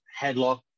headlock